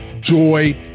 Joy